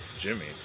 Jimmy